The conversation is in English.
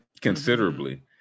considerably